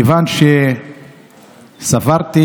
מכיוון שסברתי